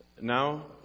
now